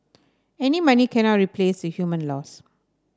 any money cannot replace the human loss